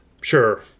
Sure